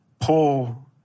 pull